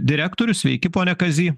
direktorius sveiki pone kazy